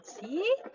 See